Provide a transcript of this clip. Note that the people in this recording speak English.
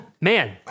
man